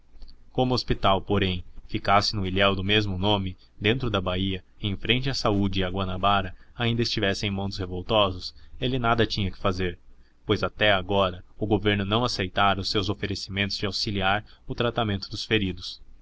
o hospital porém ficasse no ilhéu do mesmo nome dentro da baía em frente à saúde e a guanabara ainda estivesse em mão dos revoltosos ele nada tinha que fazer pois até agora o governo não aceitara os seus oferecimentos de auxiliar o tratamento dos feridos